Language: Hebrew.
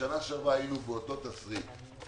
בשנה שעברה היינו באותו תסריט.